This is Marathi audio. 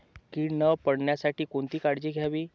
कीड न पडण्यासाठी कोणती काळजी घ्यावी?